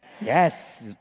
Yes